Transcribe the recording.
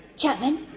chapman?